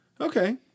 Okay